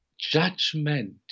judgment